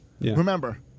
Remember